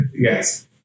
Yes